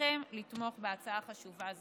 אבקשכם לתמוך בהצעה חשובה זו.